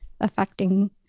affecting